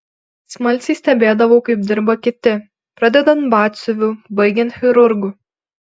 smalsiai stebėdavau kaip dirba kiti pradedant batsiuviu baigiant chirurgu